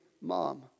Mom